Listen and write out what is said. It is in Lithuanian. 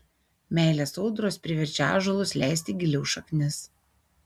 meilės audros priverčia ąžuolus leisti giliau šaknis